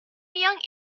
young